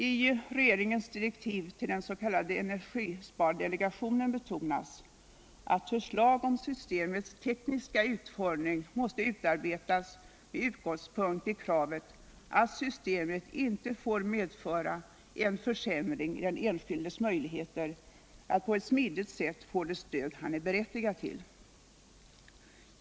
I regeringens direktiv till den s.k. energispardelegationen betonas att ”förslag om systemets tekniska utformning måste utarbetas rmed utgångspunkt i kravet att systemet inte får medföra en försämring i den enskildes möjligheter att på ett smidigt sätt få det stöd han är berittigad till”.